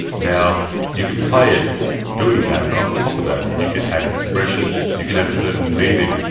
now you can play it doing that, but on top of that you can add expression, you can add a certain meaning,